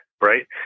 right